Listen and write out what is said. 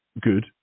good